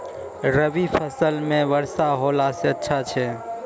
रवी फसल म वर्षा होला से अच्छा छै?